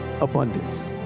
abundance